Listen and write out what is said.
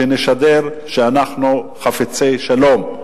שנשדר שאנחנו חפצי שלום,